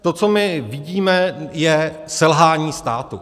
To, co my vidíme, je selhání státu.